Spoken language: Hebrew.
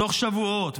תוך שבועות,